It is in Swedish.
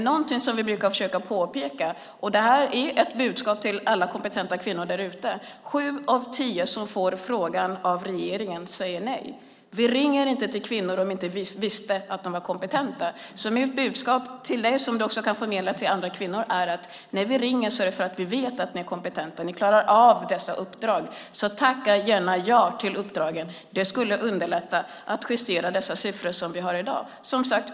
Någonting som vi brukar försöka påpeka, och det är ett budskap till alla kompetenta kvinnor där ute, är att sju av tio som får frågan av regeringen säger nej. Vi ringer inte till kvinnor om vi inte vet att de är kompetenta. Mitt budskap till dig, vilket du också kan förmedla till andra kvinnor, är att när vi ringer gör vi det därför att vi vet att de är kompetenta. De klarar av dessa uppdrag. Tacka gärna ja till uppdragen. Det skulle underlätta för att justera de siffror som vi har i dag.